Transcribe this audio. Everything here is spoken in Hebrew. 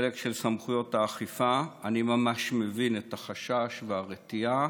בחלק של סמכויות האכיפה אני ממש מבין את החשש והרתיעה